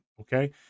Okay